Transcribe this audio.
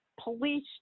police